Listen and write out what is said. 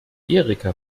erika